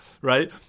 right